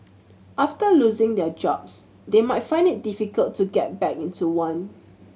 after losing their jobs they may find it difficult to get back into one